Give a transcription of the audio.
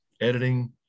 editing